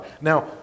Now